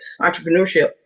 entrepreneurship